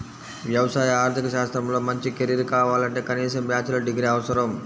వ్యవసాయ ఆర్థిక శాస్త్రంలో మంచి కెరీర్ కావాలంటే కనీసం బ్యాచిలర్ డిగ్రీ అవసరం